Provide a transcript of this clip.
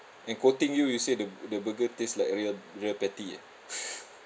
and quoting you you say the the burger taste like real real patty ah